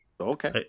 Okay